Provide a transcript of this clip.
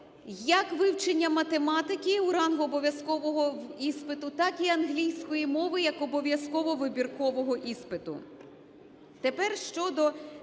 як вивчення математики у ранг обов'язкового іспиту, так і англійської мови як обов'язково вибіркового іспиту.